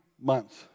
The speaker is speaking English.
months